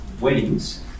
weddings